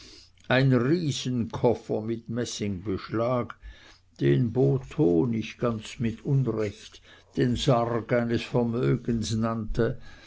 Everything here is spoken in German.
ein riesenkoffer mit messingbeschlag den botho nicht ganz mit unrecht den sarg seines vermögens nannte